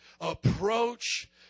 approach